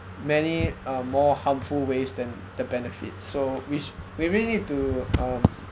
many um more harmful ways than the benefit so which we really need to um